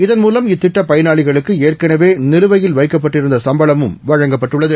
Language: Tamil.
இதன் மூலம் இத்திட்ட பயனாளிகளுக்கு ஏற்கனவே நிலுவையில் வைக்கப்பட்டிருந்த சம்பளமும் வழங்கப்பட்டுள்ளது